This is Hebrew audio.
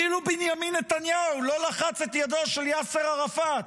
כאילו בנימין נתניהו לא לחץ את ידו של יאסר ערפאת,